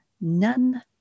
None